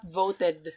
voted